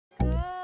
Good